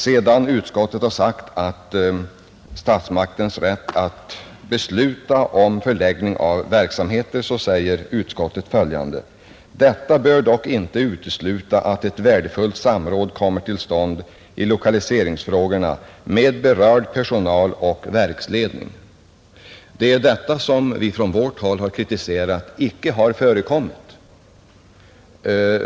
Sedan utskottet framhållit att det är statsmaktens rätt att besluta om förläggningen av statliga verksamheter, uttalade utskottet följande: ”Detta bör dock inte utesluta att ett värdefullt samråd kommer till stånd i lokaliseringsfrågorna med berörd personal och verksledning.” Det är på grund av att ett sådant samråd inte förekommit som vi från vårt håll har framfört kritik och inrikesutskottet har gjort detta uttalande.